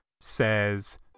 says